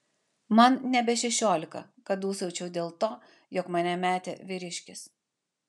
man nebe šešiolika kad dūsaučiau dėl to jog mane metė vyriškis